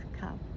cup